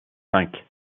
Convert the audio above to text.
cinq